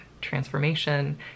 transformation